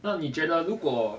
那你觉得如果